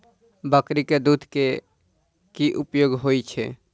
बकरी केँ दुध केँ की उपयोग होइ छै?